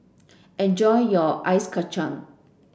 enjoy your Ice Kachang